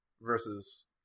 versus